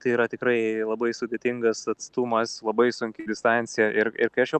tai yra tikrai labai sudėtingas atstumas labai sunki distancija ir ir karščio